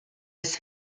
his